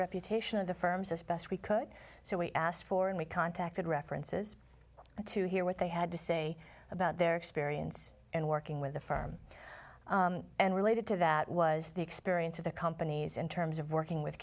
reputation of the firms as best we could so we asked for and we contacted references to hear what they had to say about their experience and working with the firm and related to that was the experience of the companies in terms of working with